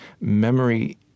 memory